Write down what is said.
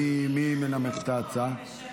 מי מנמק את ההצעה?